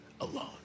alone